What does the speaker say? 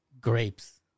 grapes